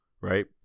Right